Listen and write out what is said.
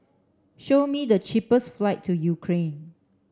show me the cheapest flights to Ukraine